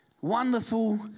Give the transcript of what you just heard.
Wonderful